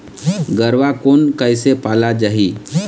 गरवा कोन कइसे पाला जाही?